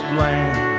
land